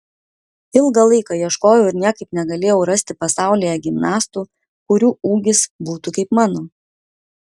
ilgą laiką ieškojau ir niekaip negalėjau rasti pasaulyje gimnastų kurių ūgis būtų kaip mano